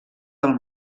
del